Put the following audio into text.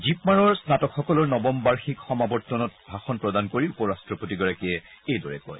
জিপমাৰৰ স্নাতকসকলৰ নৱম বাৰ্ষিক সমাৱৰ্তনত ভাষণ প্ৰদান কৰি উপ ৰাষ্ট্ৰপতিগৰাকীয়ে এইদৰে কয়